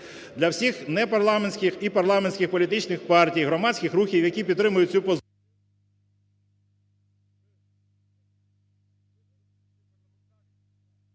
для всіх непарламентських і парламентських політичних партій, громадських рухів, які підтримують цю позицію…